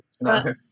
No